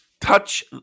touch